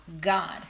God